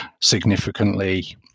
significantly